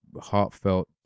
heartfelt